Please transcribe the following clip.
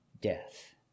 death